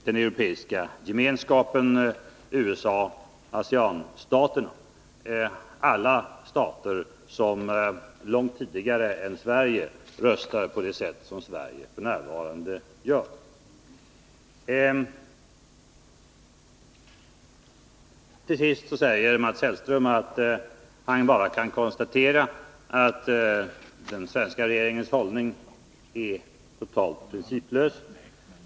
den europeiska gemenskapen, USA och ASEAN-staterna — alla stater som långt tidigare än Sverige har röstat på det sätt som Sverige f. n. gör. 5. Till sist säger Mats Hellström att han bara kan konstatera att den svenska regeringens hållning är totalt principlös.